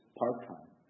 part-time